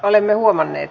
olemme huomanneet